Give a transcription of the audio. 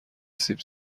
سیب